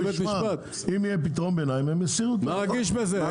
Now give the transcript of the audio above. אם יהיה פתרון ביניים, הם יסירו את העתירה.